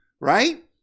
right